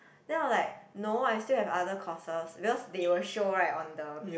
then I'm like no I still have other courses because they will show right on the